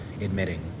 admitting